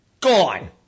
gone